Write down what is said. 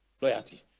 loyalty